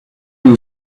who